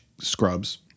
scrubs